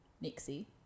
Nixie